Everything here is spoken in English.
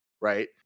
Right